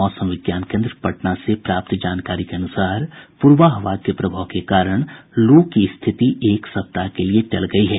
मौसम विज्ञान केन्द्र पटना से प्राप्त जानकारी के अनुसार पूरबा हवा के प्रभाव के कारण लू की स्थिति एक सप्ताह के लिए टल गयी है